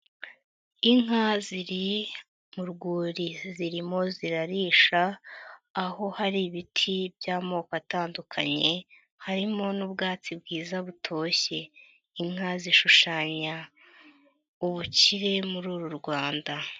Inka ziri mu rwuri zirimo zirarisha, aho hari ibiti by'amoko atandukanye, harimo n'ubwatsi bwiza butoshye. Inka zishushanya ubukire muri uru Rwanda.